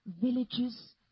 Villages